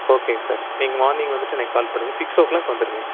ஓகேங்க சார் நீங்கள் மார்னிங் வந்துட்டு எனக்கு கால் பண்ணுங்க சிக்ஸ் ஓ க்ளாக் வந்துடுங்க